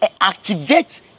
activate